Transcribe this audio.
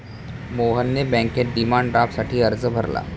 मोहनने बँकेत डिमांड ड्राफ्टसाठी अर्ज भरला